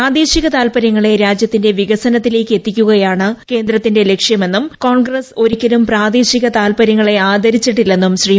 പ്രാദേശിക താൽപര്യങ്ങളെ രാജ്യത്തിന്റെ വികസനത്തിലേക്ക് എത്തിക്കുകയാണ് കേന്ദ്രത്തിന്റെ ലക്ഷ്യമെന്നും കോൺഗ്രസ് ഒരിക്കലും പ്രാദേശിക താൽപര്യങ്ങളെ ആദരിച്ചിട്ടില്ലെന്നും ശ്രീ